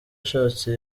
ashatse